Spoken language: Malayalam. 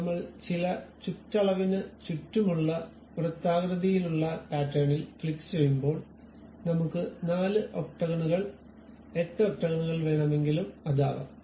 ഇപ്പോൾ നമ്മൾ ചില ചുറ്റളവിന് ചുറ്റുമുള്ള വൃത്താകൃതിയിലുള്ള പാറ്റേണിൽ ക്ലിക്കുചെയ്യുമ്പോൾ നമുക്ക് 4 ഒക്ടാകോണുകൾ 8 ഒക്ടാകോണുകൾ വേണമെങ്കിൽ അതാവാം